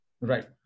Right